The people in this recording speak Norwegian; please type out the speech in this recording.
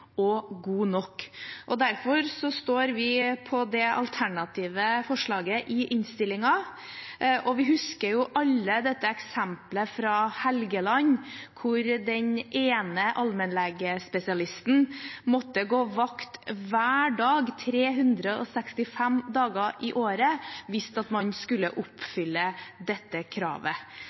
og god nok, og derfor står vi på det alternative forslaget i innstillingen. Vi husker jo alle eksemplet fra Helgeland hvor den ene allmennlegespesialisten måtte gå vakt hver dag, 365 dager i året, hvis man skulle oppfylle dette kravet.